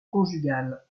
conjugal